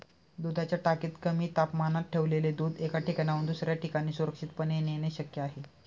दुधाच्या टाकीत कमी तापमानात ठेवलेले दूध एका ठिकाणाहून दुसऱ्या ठिकाणी सुरक्षितपणे नेणे शक्य आहे